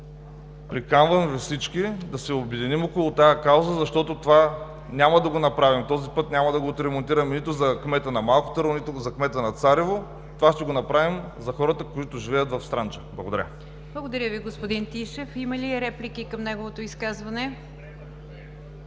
приканвам Ви всички да се обединим около тази кауза, защото това няма да го направим, този път няма да го отремонтираме нито за кмета на Малко Търново, нито за кмета на Царево, това ще го направим за хората, които живеят в Странджа. Благодаря. ПРЕДСЕДАТЕЛ НИГЯР ДЖАФЕР: Благодаря Ви, господин Тишев. Има ли реплики към неговото изказване?